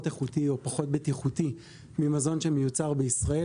איכותי או פחות בטיחותי ממזון שמיוצר בישראל.